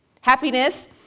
Happiness